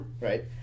right